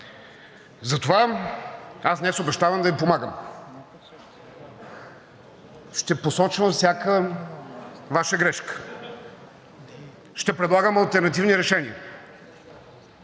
Затова аз днес обещавам да Ви помагам – ще посочвам всяка Ваша грешка, ще предлагам алтернативни решения,